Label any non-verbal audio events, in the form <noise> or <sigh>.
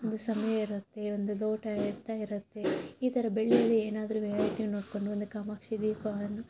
ಒಂದು <unintelligible> ಇರುತ್ತೆ ಒಂದು ಲೋಟ ಇರ್ತೆ ಇರುತ್ತೆ ಈ ಥರ ಬೆಳ್ಳಿಯಲ್ಲಿ ಏನಾದ್ರೂ ವೆರೈಟಿ ನೋಡಿಕೊಂಡು ಒಂದು ಕಾಮಾಕ್ಷೀ ದೀಪವನ್ನು